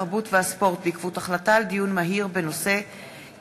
התרבות והספורט בעקבות דיון מהיר בהצעה של חברי הכנסת מוחמד